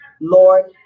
Lord